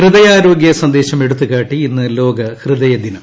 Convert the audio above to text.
ഹൃദയാരോഗൃ സ്റ്ദേശം എടുത്തുകാട്ടി ഇന്ന് ലോക ന് ഹൃദയ ദിനം